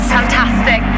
fantastic